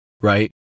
right